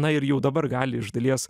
na ir jau dabar gali iš dalies